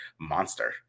monster